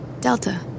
Delta